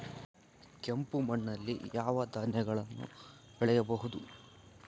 ಕೆಂಪು ಮಣ್ಣಲ್ಲಿ ಯಾವ ಧಾನ್ಯಗಳನ್ನು ಬೆಳೆಯಬಹುದು?